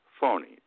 phony